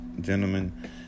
gentlemen